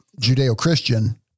Judeo-Christian